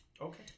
Okay